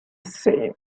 same